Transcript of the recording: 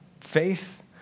faith